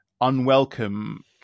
unwelcome